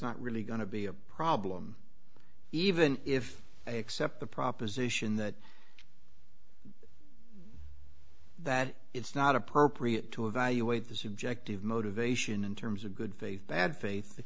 not really going to be a problem even if i accept the proposition that that it's not appropriate to evaluate the subjective motivation in terms of good faith bad faith